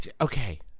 Okay